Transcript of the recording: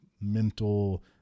mental –